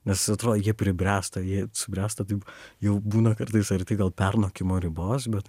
nes atrodo jie pribręsta jie subręsta taip jau būna kartais arti gal pernokimo ribos bet